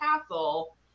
Castle